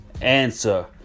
answer